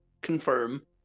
confirm